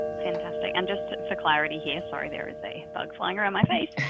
fantastic. and just for clarity here, sorry, there is a bug flying around my face.